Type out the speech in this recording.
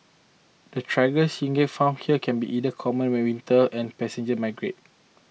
the Tiger Shrikes found here can be either common when winter and passage migrants